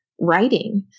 writing